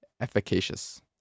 efficacious